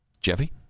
Jeffy